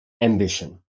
ambition